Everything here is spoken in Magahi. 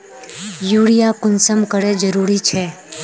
यूरिया कुंसम करे जरूरी छै?